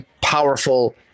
powerful